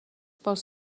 pels